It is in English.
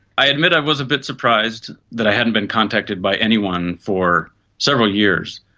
i admit i was a bit surprised that i hadn't been contacted by anyone for several years.